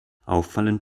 auffallend